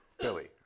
Billy